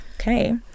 okay